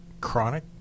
Chronic